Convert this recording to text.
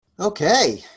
Okay